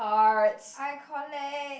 I collect